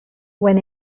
when